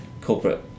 corporate